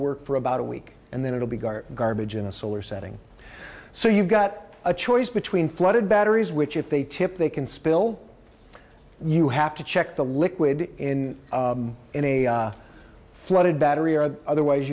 work for about a week and then it'll be garbage in a solar setting so you've got a choice between flooded batteries which if they tip they can spill you have to check the liquid in in a flooded battery or other